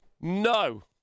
No